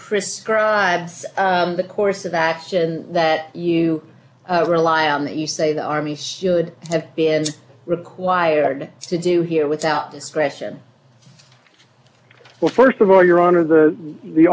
prescribes the course of action that you rely on that you say the army should have been required to do here without question well st of all your honor the the